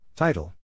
Title